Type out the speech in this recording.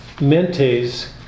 Mentes